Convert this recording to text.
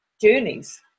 journeys